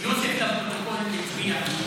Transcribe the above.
יוסף עטאונה הצביע.